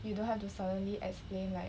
you don't have to suddenly explain like